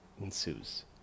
ensues